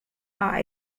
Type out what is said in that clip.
are